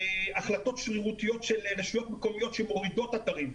החלטות שרירותיות של רשויות מקומיות שמורידות אתרים.